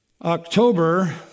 October